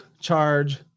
charge